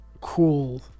Cool